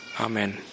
Amen